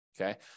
Okay